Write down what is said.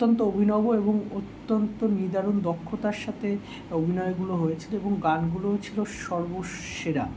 অত্যন্ত অভিনব এবং অত্যন্ত নিদারুণ দক্ষতার সাথে অভিনয়গুলো হয়েছে এবং গানগুলোও ছিলো সর্বসেরা